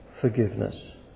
forgiveness